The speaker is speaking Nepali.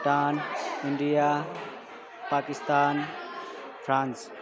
Bhutan India Pakistan France